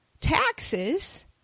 taxes